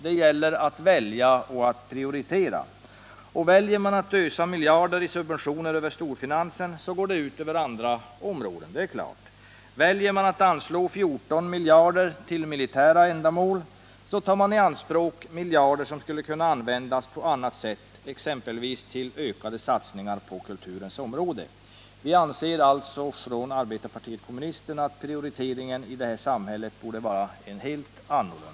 Det gäller att välja och prioritera. Väljer man att ösa miljarder i subventioner över storfinansen, går det ut över andra områden. Väljer man att anslå 14 miljarder kronor till militära ändamål, tar man i anspråk miljarder som kunde användas på ett annat sätt, exempelvis till ökade satsningar på kulturens område. Vi anser alltså inom arbetarpartiet kommunisterna att prioriteringen i detta samhälle borde vara en helt annan.